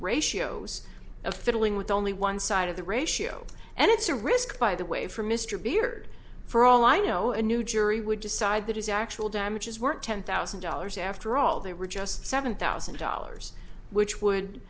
ratios of fiddling with only one side of the ratio and it's a risk by the way for mr beard for all i know a new jury would decide that his actual damages weren't ten thousand dollars after all they were just seven thousand dollars which would